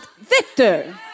Victor